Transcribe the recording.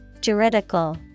juridical